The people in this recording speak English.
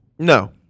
No